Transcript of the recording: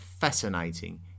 fascinating